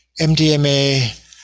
mdma